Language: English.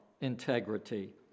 integrity